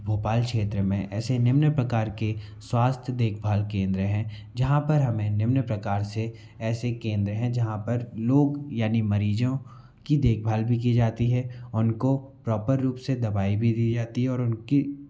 भोपाल क्षेत्र में ऐसे निम्न प्रकार के स्वास्थ्य देकभाल केंद्र हैं जहाँ पर हमें निम्न प्रकार से ऐसे केंद्र हैं जहाँ पर लोग यानिी मरीज़ों की देकभाल भी की जाती है उनको प्रोपर रूप से दबाई भी दी जाती है और उनकी